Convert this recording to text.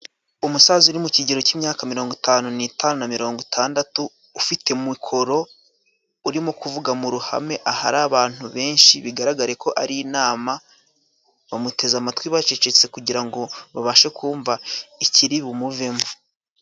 Umusaza uri mu kigero cy'imyaka mirongo itanu nitanu na mirongo itandatu ,ufite mikoro urimo kuvuga mu ruhame ahari abantu benshi, bigaragare ko ari inama bamuteze amatwi bacecetse kugira ngo babashe kumva ikiri bumuvemo.